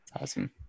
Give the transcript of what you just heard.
Awesome